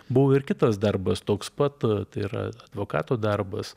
buvo ir kitas darbas toks pat tai yra advokato darbas